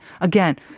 again